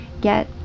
Get